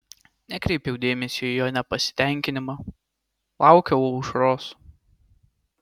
nekreipiau dėmesio į jo nepasitenkinimą laukiau aušros